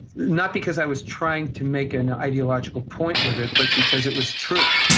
not because i was trying to make an ideological point with it, but because it was true.